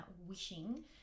wishing